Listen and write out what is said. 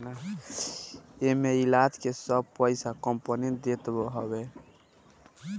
एमे इलाज के सब पईसा कंपनी देत हवे